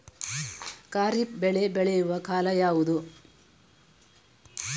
ಖಾರಿಫ್ ಬೆಳೆ ಬೆಳೆಯುವ ಕಾಲ ಯಾವುದು?